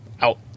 out